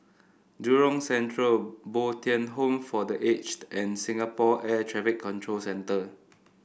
Jurong Central Bo Tien Home for The Aged and Singapore Air Traffic Control Centre